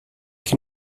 que